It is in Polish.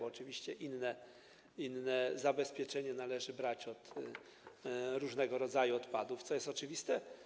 Oczywiście inne zabezpieczenie należy pobierać od różnego rodzaju odpadów, co jest oczywiste.